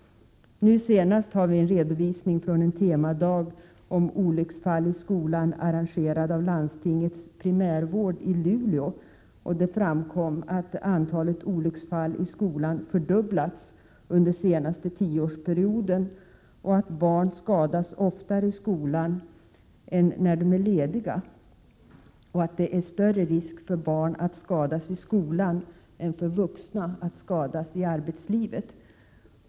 Nu senast har vi en redovisning från en temadag om olycksfall i skolan arrangerad av landstingets primärvård i Luleå. Det framkom att antalet olycksfall i skolan fördubblats under den senaste tioårsperioden, att barn skadas oftare när de är i skolan än när de är lediga och att risken är större att barn skadas i skolan än att vuxna skadas på sin arbetsplats.